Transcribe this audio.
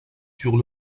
sur